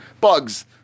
Bugs